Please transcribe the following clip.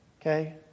Okay